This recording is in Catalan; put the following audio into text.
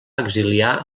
exiliar